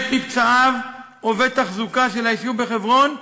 מת מפצעיו עובד תחזוקה של היישוב בחברון,